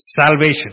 salvation